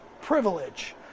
privilege